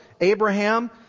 Abraham